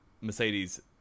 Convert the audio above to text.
Mercedes